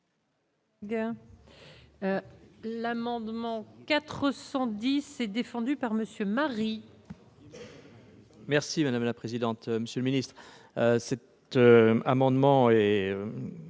L'amendement n° 410 est présenté par M. Marie.